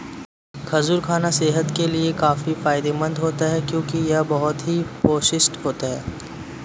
खजूर खाना सेहत के लिए काफी फायदेमंद होता है क्योंकि यह बहुत ही पौष्टिक होता है